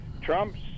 Trump's